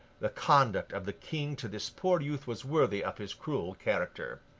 the conduct of the king to this poor youth was worthy of his cruel character.